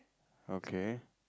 okay